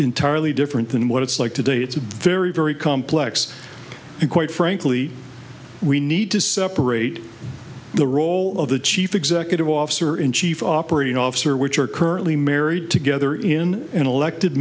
entirely different than what it's like today it's very very complex and quite frankly we need to separate the role of the chief executive officer in chief operating officer which are currently married together in an elected